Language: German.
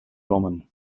woman